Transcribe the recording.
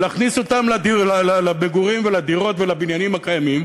להכניס אותם למגורים ולדירות ולבניינים הקיימים,